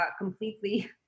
completely